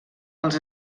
als